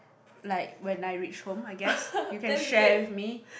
like when I reach home I guess you can share with me